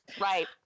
Right